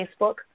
Facebook